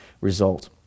result